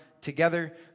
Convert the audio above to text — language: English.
together